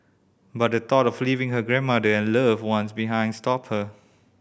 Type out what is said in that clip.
but the thought of leaving her grandmother and loved one behind stopped her